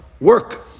work